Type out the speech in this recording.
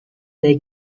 they